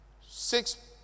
Six